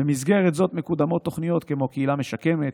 במסגרת זאת מקודמות תוכניות כמו קהילה משקמת,